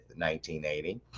1980